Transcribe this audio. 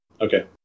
Okay